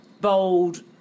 Bold